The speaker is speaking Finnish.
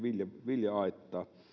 vilja aittaa